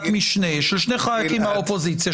משנה של שני חברי כנסת מהאופוזיציה,